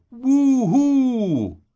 Woohoo